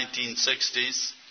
1960s